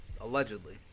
Allegedly